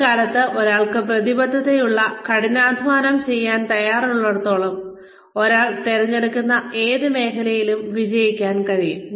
എന്നാൽ ഇക്കാലത്ത് ഒരാൾക്ക് പ്രതിബദ്ധതയുള്ള കഠിനാധ്വാനം ചെയ്യാൻ തയ്യാറുള്ളിടത്തോളം ഒരാൾക്ക് തിരഞ്ഞെടുക്കുന്ന ഏത് മേഖലയിലും വിജയിക്കാൻ കഴിയും